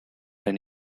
and